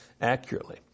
accurately